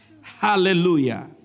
Hallelujah